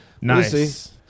Nice